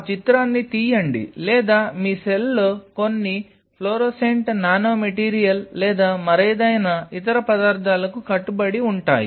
ఆ చిత్రాన్ని తీయండి లేదా మీ సెల్లు కొన్ని ఫ్లోరోసెంట్ నానో మెటీరియల్ లేదా మరేదైనా ఇతర పదార్థాలకు కట్టుబడి ఉంటాయి